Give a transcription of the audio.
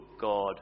God